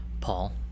Paul